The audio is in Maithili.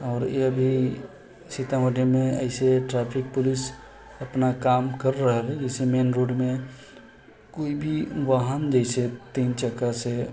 आओर ई अभी सीतामढ़ीमे अइसे ट्रैफिक पुलिस अपना काम करि रहले जैसे मेन रोडमे कोइ भी वाहन जैसे तीन चक्कासँ